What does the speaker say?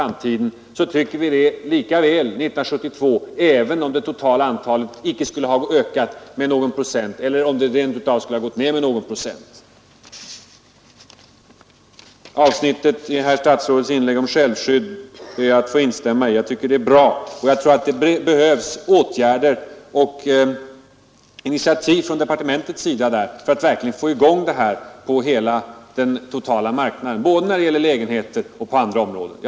Jag håller med om att man icke kan entydigt S ingav oro för framtiden, så tycker vi det lika väl 1972, även om det totala våldsbrott antalet brott icke skulle ha ökat eller om det rent av skulle ha gått ner med någon procent. Jag ber att få instämma i det avsnitt av statsrådets inlägg som rörde självskydd. Jag tror att det behövs åtgärder och initiativ från departementets sida för att verkligen få i gång ett sådant på hela den totala marknaden när det gäller både lägenheter och på andra områden.